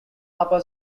upper